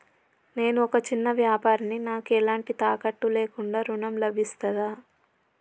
నేను ఒక చిన్న వ్యాపారిని నాకు ఎలాంటి తాకట్టు లేకుండా ఋణం లభిస్తదా?